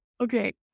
Okay